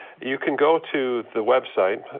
you can go to the website,